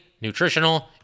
nutritional